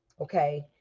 okay